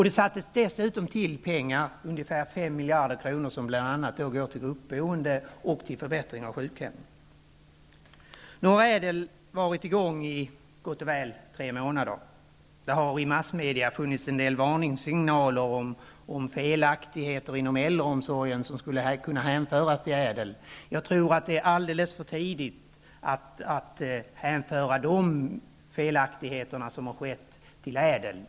Det sattes desutom till pengar, ungefär 5 miljarder kronor, som bl.a. går till gruppboendet och till förbättringar av sjukhemmen. Nu har ÄDEL varit i gång i gott och väl tre månader. Det har i massmedia funnits en del varningssignaler om felaktigheter inom äldreomsorgen, som skulle kunna hänföras till ÄDEL. Jag tror att det är alldeles för tidigt att hänföra de felaktigheter som har uppstått till ÄDEL.